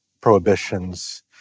prohibitions